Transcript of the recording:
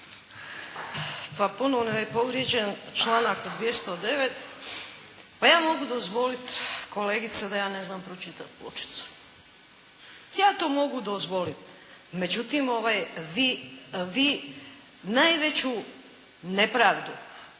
Pa ponovo je povrijeđen članak 209. Ma ja mogu dozvoliti kolegice da ja ne znam pročitati pločicu, ja to mogu dozvoliti. Međutim, vi najveću nepravdu